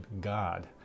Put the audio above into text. God